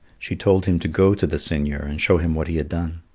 she told him to go to the seigneur and show him what he had done.